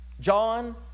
John